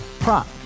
Prop